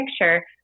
picture